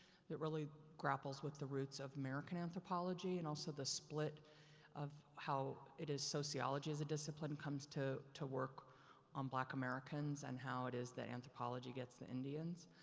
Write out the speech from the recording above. that really grapples with the roots of american anthropology and also the split of how it is sociology as a discipline comes to, to work on black americans and how it is that anthropology gets the indians.